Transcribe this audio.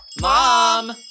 Mom